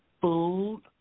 food